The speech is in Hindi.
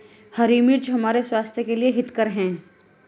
हरी मिर्च हमारे स्वास्थ्य के लिए हितकर हैं